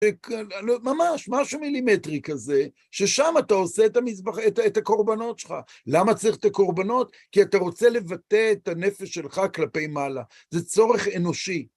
ממש, משהו מילימטרי כזה, ששם אתה עושה את הקורבנות שלך. למה צריך את הקורבנות? כי אתה רוצה לבטא את הנפש שלך כלפי מעלה. זה צורך אנושי.